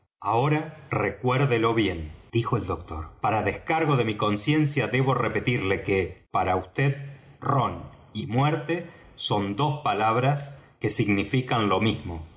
ahora recuérdelo bien dijo el doctor para descargo de mi conciencia debo repetirle que para vd rom y muerte son dos palabras que significan lo mismo